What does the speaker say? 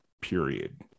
period